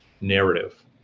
narrative